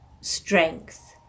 strength